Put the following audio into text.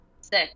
six